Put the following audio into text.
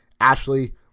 Ashley